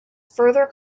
further